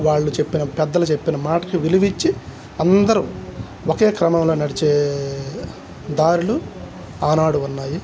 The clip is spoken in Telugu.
వాళ్ళు చెప్పిన పెద్దలు చెప్పిన మాటకి విలువ ఇచ్చి అందరూ ఒకే క్రమంలో నడిచే దారులు ఆనాడు ఉన్నాయి